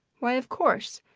why, of course!